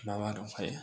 माबा दंखायो